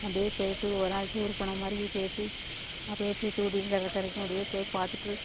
அப்படியே போயிட்டு ஒரு நாள் டூர் போன மாதிரி போயிட்டு அப்படியே தூத்துகுடிக்கும் கடற்கரைக்கும் அப்படியே போய் பார்த்துட்டு